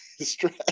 stress